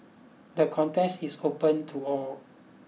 the contest is open to all